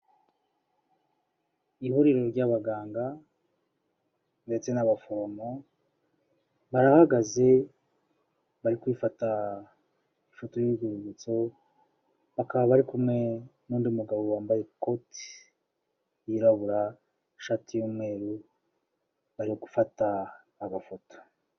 Ihuriro ry'abaganga ndetse n'abaforomo, barahagaze bari kwifata ifoto y'urwibutso, bakaba bari kumwe n'undi mugabo wambaye ikoti wirabura, ishati y'umweru, bari gufata agafoto.